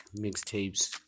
mixtapes